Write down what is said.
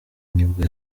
nibwo